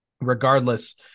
regardless